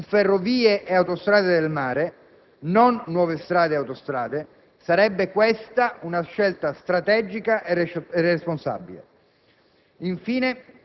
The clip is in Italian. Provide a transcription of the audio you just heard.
investimenti su ferrovie e autostrade del mare, non nuove strade e autostrade. Sarebbe questa una scelta strategica responsabile.